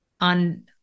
on